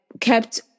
kept